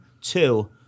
Two